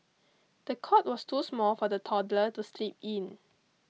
the cot was too small for the toddler to sleep in